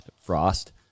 Frost